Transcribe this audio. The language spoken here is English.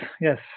yes